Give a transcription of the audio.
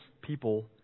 people